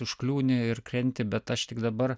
užkliūni ir krenti bet aš tik dabar